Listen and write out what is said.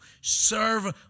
serve